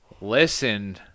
listen